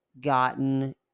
gotten